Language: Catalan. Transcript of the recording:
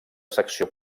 secció